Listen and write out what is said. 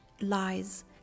lies